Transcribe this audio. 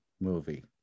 movie